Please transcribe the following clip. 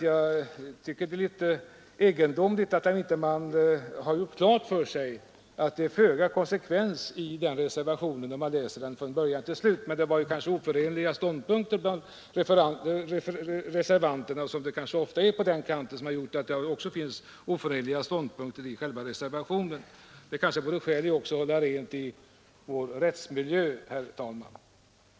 Jag tycker det är egendomligt att man inte själv har upptäckt att det är föga konsekvens i den reservationen, om man läser den från början till slut Kanske har det förelegat oförenliga ståndpunkter bland reservanterna vilket det väl ofta gör på den kanten som har gjort att det nu finns oförenliga ståndpunkter också i reservationen. Det vore kanske skäl i, herr talman, att försöka hålla rent i vår egen rättsmiljö. Nr 146 Lördagen den större blir förvirringen.